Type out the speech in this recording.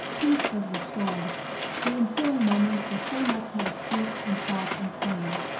peace was restored the ensuing moments were so much more sweet and sharp and poignant.